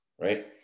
right